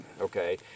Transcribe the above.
Okay